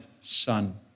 Son